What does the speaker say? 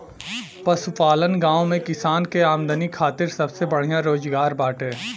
पशुपालन गांव में किसान के आमदनी खातिर सबसे बढ़िया रोजगार बाटे